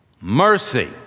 Mercy